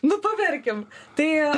nu paverkim tai